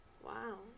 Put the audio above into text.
Wow